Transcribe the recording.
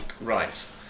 Right